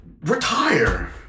retire